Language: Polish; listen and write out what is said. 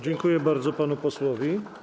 Dziękuję bardzo panu posłowi.